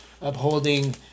Upholding